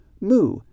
Moo